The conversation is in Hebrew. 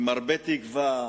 עם הרבה תקווה,